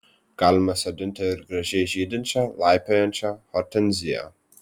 galima sodinti ir gražiai žydinčią laipiojančią hortenziją